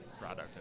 product